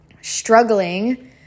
struggling